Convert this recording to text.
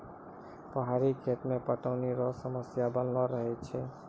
पहाड़ी खेती मे पटौनी रो समस्या बनलो रहै छै